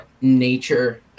nature